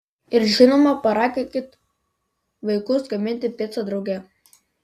ir žinoma paraginkite vaikus gaminti picą drauge